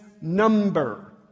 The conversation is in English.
number